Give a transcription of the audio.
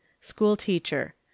Schoolteacher